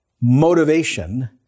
motivation